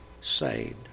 saved